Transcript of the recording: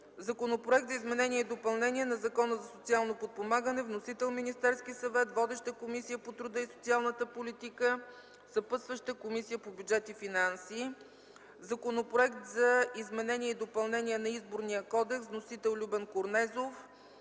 Законопроект за изменение и допълнение на Закона за социално подпомагане. Вносител – Министерският съвет. Водеща е Комисията по труда и социалната политика. Съпътстваща е Комисията по бюджет и финанси. Законопроект за изменение и допълнение на Изборния кодекс. Вносител – Любен Корнезов.